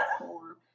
four